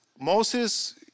Moses